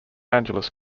angeles